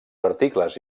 articles